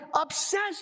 obsessed